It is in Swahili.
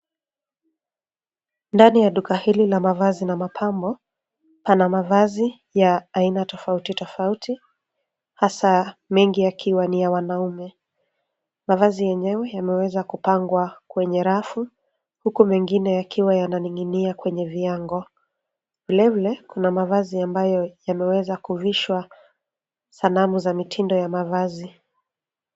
Ndani ya duka hili la mavazi na mapambo pana mavazi ya aina tofauti tofauti hasa mengi yakiwa ni ya wanaume. Mavazi yenyewe yameweza kupangwa kwenye rafu huku mengine yakiwa yananing'inia kwenye viango. Vile vile kuna mavazi ambayo yameweza kuvishwa sanamu za mitindo ya mavazi.